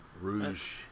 Rouge